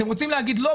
אתם רוצים להגיד לא,